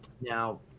Now